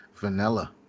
vanilla